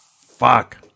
fuck